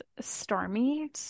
Stormy